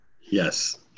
Yes